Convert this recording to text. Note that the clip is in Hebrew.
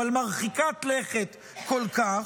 אבל מרחיקת לכת כל כך,